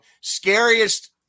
scariest